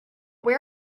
where